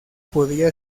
podía